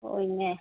ഓ പിന്നെ